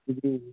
जी